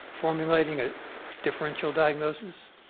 formulating a differential diagnosis,